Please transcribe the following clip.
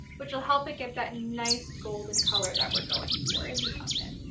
which will help it get that nice golden color that we're going for in the oven.